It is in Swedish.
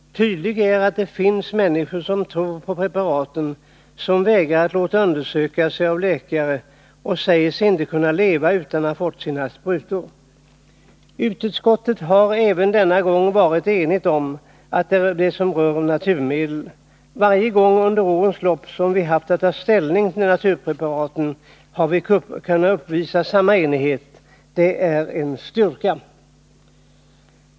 Tydligt är att det finns människor som tror på preparaten, som vägrar att låta undersöka sig av läkare och som säger sig inte kunna leva utan att ha fått sina sprutor. Utskottet har även denna gång varit enigt i sitt ställningstagande beträffande naturmedlen. Varje gång under årens lopp som vi har haft att ta ställning till naturpreparaten har vi kunnat uppvisa samma enighet. Det är en styrka.